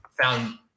found